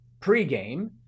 pregame